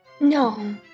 No